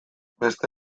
beste